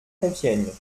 compiègne